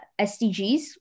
SDGs